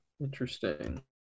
interesting